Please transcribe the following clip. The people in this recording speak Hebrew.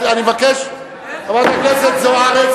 חברת הכנסת זוארץ,